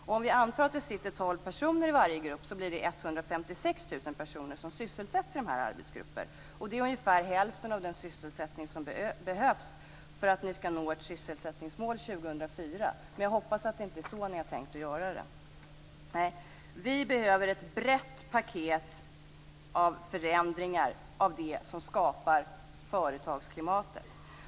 Om vi antar att det sitter 12 personer i varje grupp blir det 156 000 personer som sysselsätts i dessa arbetsgrupper, vilket är ungefär hälften av den sysselsättning som behövs för att ni skall nå ert sysselsättningsmål 2004. Men jag hoppas att det inte är på det sättet som ni har tänkt att göra det. Vi behöver ett brett paket av förändringar av det som skapar företagsklimatet.